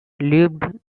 lived